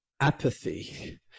apathy